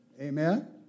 Amen